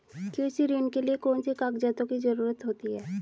कृषि ऋण के लिऐ कौन से कागजातों की जरूरत होती है?